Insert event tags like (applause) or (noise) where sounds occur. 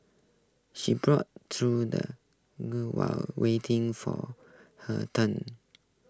she browsed through the (unintelligible) while waiting for her turn